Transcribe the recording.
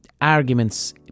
arguments